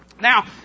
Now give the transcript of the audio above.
Now